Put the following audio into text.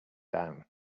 down